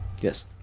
Yes